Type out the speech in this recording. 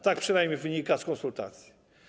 Tak przynajmniej wynika z konsultacji.